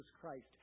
Christ